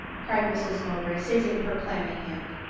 cried mrs mowbray, seizing her clammy hand.